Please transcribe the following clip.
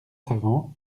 savants